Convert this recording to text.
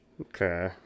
Okay